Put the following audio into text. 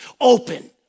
open